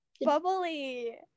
Bubbly